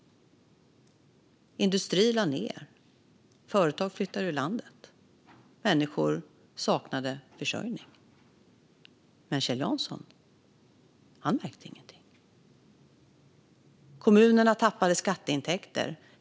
Industri lade ned. Företag flyttade ur landet. Människor saknade försörjning. Men Kjell Jansson märkte ingenting. Kommunerna tappade skatteintäkter.